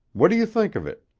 what do you think of it?